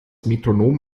metronom